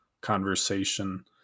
conversation